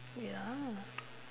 wait ah